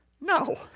No